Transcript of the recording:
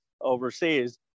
overseas